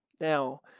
Now